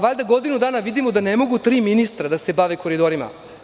Valjda godinu dana vidimo da ne mogu tri ministra da se bave koridorima.